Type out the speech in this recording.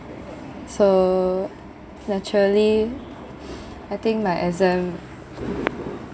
so naturally I think my exam